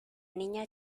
niña